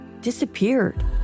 disappeared